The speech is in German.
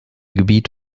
gebiet